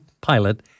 pilot